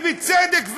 ובצדק,